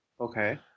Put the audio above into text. Okay